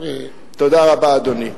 תודה רבה, אדוני.